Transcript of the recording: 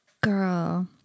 girl